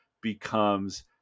becomes